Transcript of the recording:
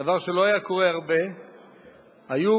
דבר שלא היה קורה הרבה, היו